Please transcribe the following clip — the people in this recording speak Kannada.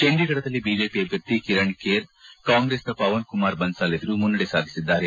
ಚಂಡಿಗಢದಲ್ಲಿ ಬಿಜೆಪಿ ಅಭ್ಯರ್ಥಿ ಕಿರಣ್ ಕೇರ್ ಕಾಂಗ್ರೆಸ್ನ ಪವನ್ಕುಮಾರ್ ಬನ್ಲಾಲ್ ಎದುರು ಮುನ್ನಡೆ ಸಾಧಿಸಿದ್ದಾರೆ